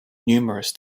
numerous